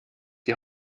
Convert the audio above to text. die